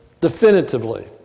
definitively